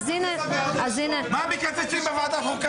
זה קורה מאז שהכנסת הוקמה.